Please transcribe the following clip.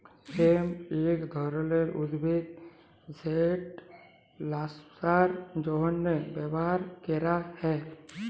hemp ইক ধরলের উদ্ভিদ যেট ল্যাশার জ্যনহে ব্যাভার ক্যরা হ্যয়